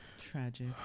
Tragic